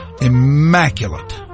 immaculate